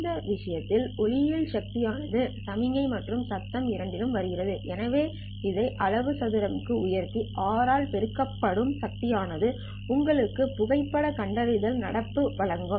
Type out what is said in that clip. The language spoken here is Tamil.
இந்த விஷயத்தில் ஒளியியல் சக்தி ஆனது சமிக்ஞை மற்றும் சத்தம் இரண்டிலும் வருகிறது எனவே இதை அளவு உயர்த்தி R ஆல் பெருக்கப்படும் சக்தி ஆனது உங்களுக்கு புகைப்படக் கண்டறிதல் நடப்பு வழங்கும்